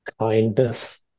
kindness